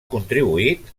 contribuït